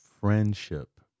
friendship